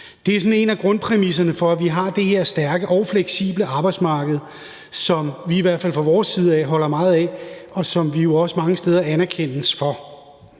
Det er en af grundpræmisserne for, at vi har det her stærke og fleksible arbejdsmarked, som vi i hvert fald fra vores side holder meget af, og som vi også mange steder anerkendes for.